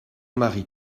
marie